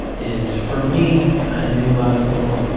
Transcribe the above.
is for me, and maybe a lot of people,